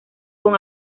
con